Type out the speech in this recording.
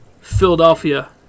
Philadelphia